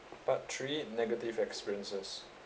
part three negative experiences